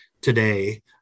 today